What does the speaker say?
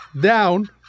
down